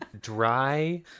dry